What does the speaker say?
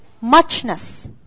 muchness